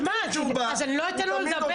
כל דיון שהוא בא --- אז אני לא אתן לו לדבר